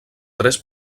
tres